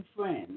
friends